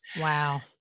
Wow